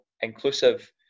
inclusive